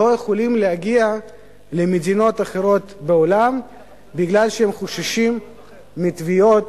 לא יכולים להגיע למדינות אחרות בעולם בגלל שהם חוששים מתביעות